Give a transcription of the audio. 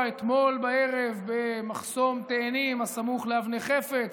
אתמול בערב במחסום תאנים הסמוך לאבני חפץ.